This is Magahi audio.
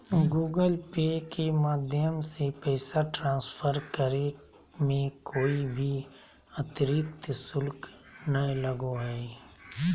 गूगल पे के माध्यम से पैसा ट्रांसफर करे मे कोय भी अतरिक्त शुल्क नय लगो हय